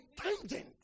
tangent